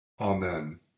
Amen